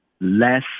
Less